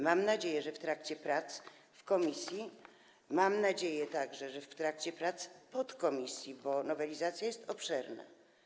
Mam nadzieję, że w trakcie prac w komisji, mam nadzieję, że także w trakcie prac podkomisji, bo nowelizacja jest obszerna.